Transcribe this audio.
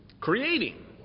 Creating